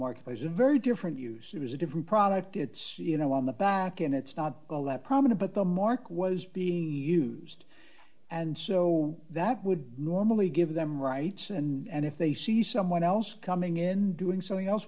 marketplace in very different uses a different product it's you know on the back end it's not all that prominent but the mark was being used and so that would normally give them rights and if they see someone else coming in doing something else